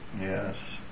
yes